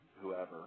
whoever